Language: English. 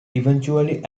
eventually